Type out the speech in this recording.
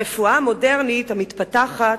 הרפואה המודרנית המתפתחת